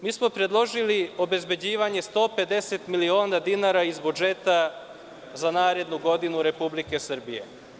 Mi smo predložili obezbeđivanje stope 10 miliona dinara iz budžeta za narednu godinu Republike Srbije.